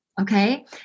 Okay